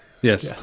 yes